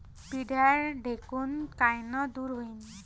पिढ्या ढेकूण कायनं दूर होईन?